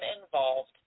involved